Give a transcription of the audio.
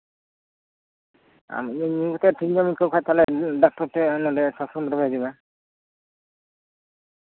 ᱟᱢ ᱱᱤᱛᱳᱜ ᱮᱢ ᱟᱹᱭᱠᱟᱹᱣ ᱠᱷᱟᱱ ᱫᱚ ᱱᱚᱸᱰᱮ ᱰᱟᱠᱛᱚᱨ ᱴᱷᱮᱱ ᱥᱟᱥᱛᱷᱚ ᱠᱮᱱᱫᱨᱚ ᱦᱤᱡᱩᱜ ᱢᱮ